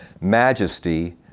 majesty